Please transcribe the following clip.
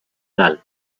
dalt